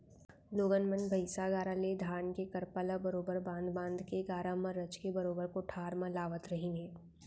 लोगन मन भईसा गाड़ा ले धान के करपा ल बरोबर बांध बांध के गाड़ा म रचके बरोबर कोठार म लावत रहिन हें